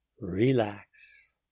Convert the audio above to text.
relax